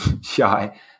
shy